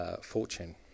fortune